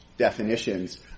definitions